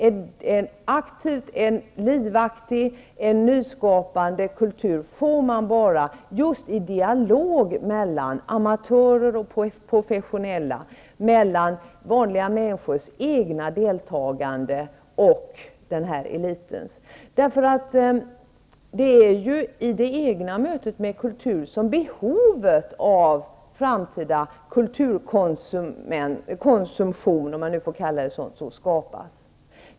En aktiv, livaktig och nyskapande kultur får man bara just genom en dialog mellan amatörer och professionella, mellan vanliga människors deltagande och nämnda elits deltagande. Det är ju i det egna mötet med kulturen som behovet av en framtida kulturkonsumtion, om det uttrycket tillåts, uppstår.